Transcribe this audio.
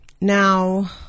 Now